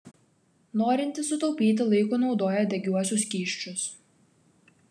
norintys sutaupyti laiko naudoja degiuosius skysčius